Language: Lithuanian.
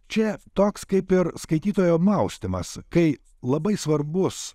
čia toks kaip ir skaitytojo maustymas kai labai svarbus